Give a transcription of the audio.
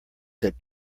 that